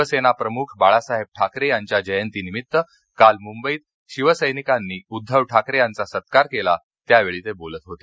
शिवसेना प्रमुख बाळासाहेब ठाकरे यांच्या जयंतीनिमित्त काल मुंबईत शिवसैनिकांनी उद्दव ठाकरे यांचा सत्कार केला त्यावेळी ते बोलत होते